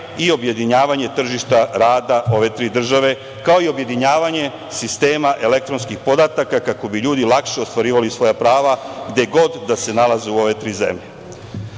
i objedinjavanje tržišta rada ove tri države, kao i objedinjavanje sistema elektronskih podataka kako bi ljudi lakše ostvarivali svoja prava gde god da se nalaze u ove tri